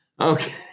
Okay